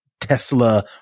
Tesla